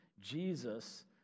Jesus